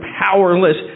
powerless